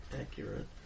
accurate